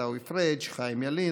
עיסאווי פריג'; חיים ילין,